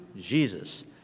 Jesus